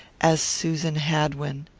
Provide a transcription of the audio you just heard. as susan hadwin.